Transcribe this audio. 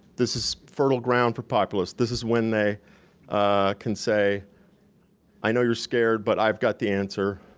this is fertile ground for populists. this is when they can say i know you're scared but i've got the answer,